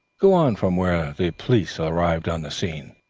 go on from when the police arrived on the scene.